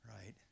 right